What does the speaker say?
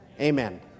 amen